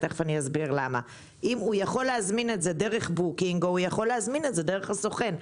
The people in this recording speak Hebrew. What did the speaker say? ואסביר תיכף כי הוא יוכל להזמין דרך בוקינג או דרך הסוכן.